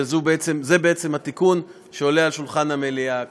וזה בעצם התיקון שעולה על שולחן המליאה כרגע.